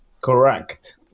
correct